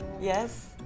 Yes